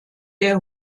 der